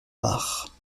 mare